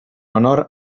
honor